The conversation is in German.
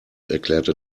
erklärte